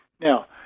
Now